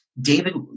David